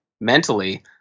mentally